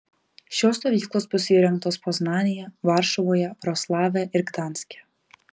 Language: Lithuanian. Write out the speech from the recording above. šios stovyklos bus įrengtos poznanėje varšuvoje vroclave ir gdanske